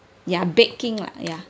ya baking lah ya